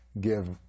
give